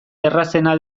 errazena